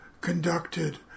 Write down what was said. conducted